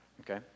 Okay